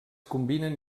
combinen